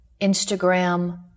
Instagram